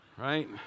Right